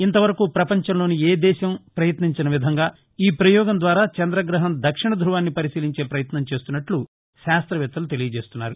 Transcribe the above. ఇంతవరకు ప్రపంచంలోని ఏ దేశం ప్రయత్నించని విధంగా ఈ ప్రయోగం ద్వారా చంద్రగ్రహం దక్షిణ ధృవాన్ని పరిశీలించే ప్రయత్నం చేస్తున్నట్లు శాస్తవేత్తలు తెలియచేస్తున్నారు